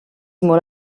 molt